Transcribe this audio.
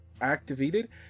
activated